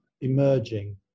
emerging